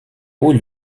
haut